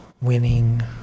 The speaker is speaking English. winning